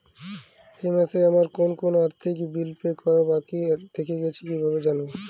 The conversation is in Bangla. এই মাসে আমার কোন কোন আর্থিক বিল পে করা বাকী থেকে গেছে কীভাবে জানব?